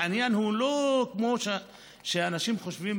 העניין הוא לא כמו שאנשים חושבים,